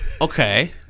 Okay